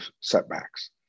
setbacks